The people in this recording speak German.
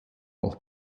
auch